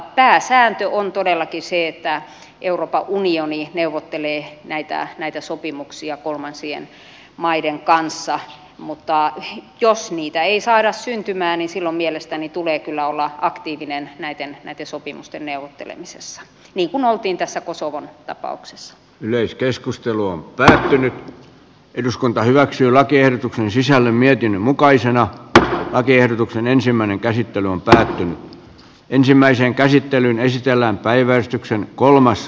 pääsääntö on todellakin se että euroopan unioni neuvottelee näitä sopimuksia kolmansien maiden kanssa mutta jos niitä ei saada syntymään niin silloin mielestäni tulee kyllä olla aktiivinen näitten sopimusten neuvottelemisessa niin kuin oltiin tässä kosovon tapauksessa yleiskeskustelua väsähti eduskunta hyväksyi lakiehdotuksen sisällä mietin mukaisena että lakiehdotuksen ensimmäinen käsittely on päivän ensimmäisen käsittelyn esitellään päiväystyksen kolmessa